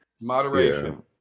moderation